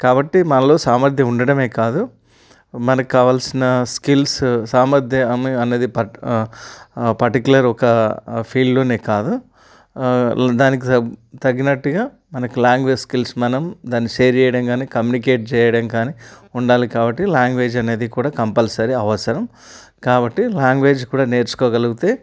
కాబట్టి మనలో సామర్థ్యం ఉండడమే కాదు మనకు కావాల్సిన స్కిల్స్ సామర్థ్యం అన్న అన్నది ప పర్టిక్యులర్ ఒక ఫీల్డ్లోనే కాదు దానికి తగ్గినట్టుగా మనకి లాంగ్వేజ్ స్కిల్స్ మనం దాన్ని షేర్ చేయడం కానీ కమ్యూనికేట్ చేయడం కానీ ఉండాలి కాబట్టి లాంగ్వేజ్ అనేది కూడా కంపల్సరీ అవసరం కాబట్టి లాంగ్వేజ్ కూడా నేర్చుకోగలిగితే